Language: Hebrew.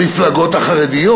המפלגות החרדיות.